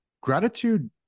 gratitude